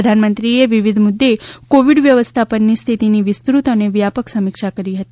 પ્રધાનમંત્રીએ વિવિધ મુદ્દે કોવિડ વ્યવસ્થાપનની સ્થિતિની વિસ્તૃત અને વ્યાપક સમીક્ષા કરી હતી